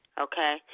okay